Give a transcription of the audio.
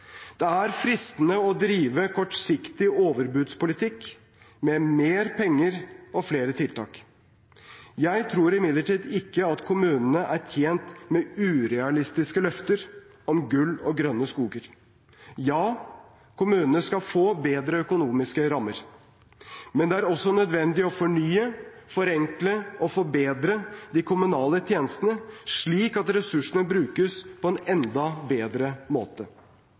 Det er fristende å drive kortsiktig overbudspolitikk med mer penger og flere tiltak. Jeg tror imidlertid ikke at kommunene er tjent med urealistiske løfter om gull og grønne skoger. Ja, kommunene skal få bedre økonomiske rammer. Men det er også nødvendig å fornye, forenkle og forbedre de kommunale tjenestene, slik at ressursene brukes på en enda bedre måte.